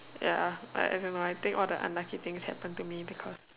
ya I I don't I think all of the unlucky things happen to me because